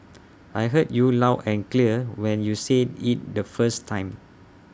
I heard you loud and clear when you said IT the first time